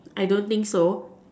I don't think so